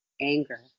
anger